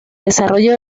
desarrollo